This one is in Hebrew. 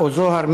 זוהר,